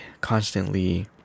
constantly